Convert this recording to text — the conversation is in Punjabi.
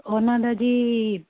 ਉਹਨਾਂ ਦਾ ਜੀ